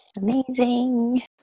Amazing